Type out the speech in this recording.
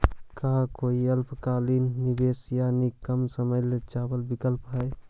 का कोई अल्पकालिक निवेश यानी कम समय चावल विकल्प हई?